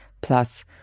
Plus